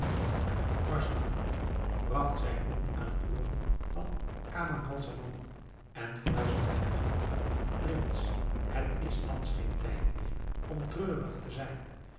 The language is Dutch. marzavan bragt zijn mond aan het oor van camaralzaman en fluisterde hem toe prins het is thans geen tijd meer om treurig te zijn